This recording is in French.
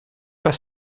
pas